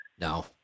No